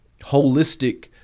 holistic